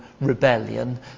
rebellion